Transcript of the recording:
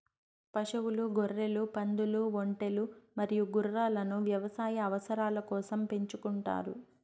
పశువులు, గొర్రెలు, పందులు, ఒంటెలు మరియు గుర్రాలను వ్యవసాయ అవసరాల కోసం పెంచుకుంటారు